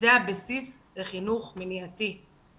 זה הבסיס לחינוך מניעתי.